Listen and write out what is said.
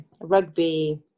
rugby